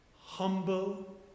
humble